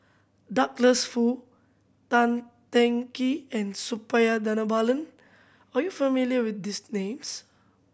Douglas Foo Tan Teng Kee and Suppiah Dhanabalan are you familiar with these names